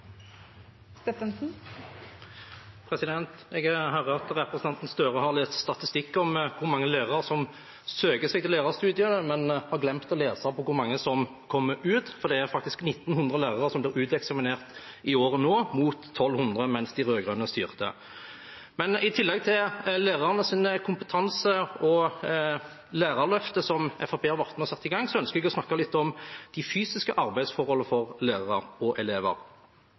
søker seg til lærerstudiet, men har glemt å lese hvor mange som kommer ut. Det er faktisk 1 900 lærere som blir uteksaminert i året nå, mot 1 200 da de rød-grønne styrte. I tillegg til lærernes kompetanse og Lærerløftet, som Fremskrittspartiet har vært med og satt i gang, ønsker jeg å snakke litt om de fysiske arbeidsforholdene for lærere og elever.